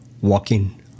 walking